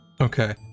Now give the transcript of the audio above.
okay